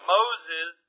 Moses